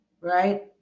right